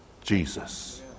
Jesus